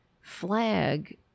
flag